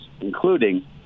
including